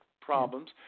problems